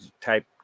type